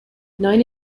nine